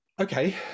okay